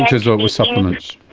as though it was supplements.